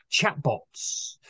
chatbots